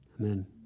Amen